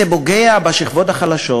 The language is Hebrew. זה פוגע באנשים בשכבות החלשות,